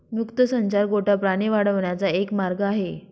मुक्त संचार गोठा प्राणी वाढवण्याचा एक मार्ग आहे